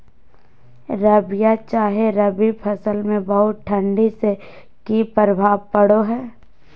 रबिया चाहे रवि फसल में बहुत ठंडी से की प्रभाव पड़ो है?